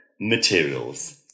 materials